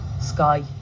Sky